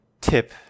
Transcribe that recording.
tip